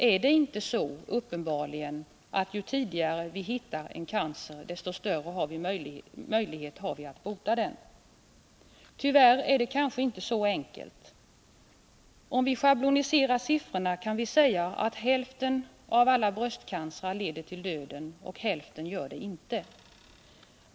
Är det inte så, att ju tidigare vi hittar en cancer, desto större möjlighet har vi att bota den? Tyvärr är det kanske inte så enkelt. Om vi schabloniserar siffrorna kan vi säga att hälften av alla bröstcancerfall leder till döden, och hälften gör det inte.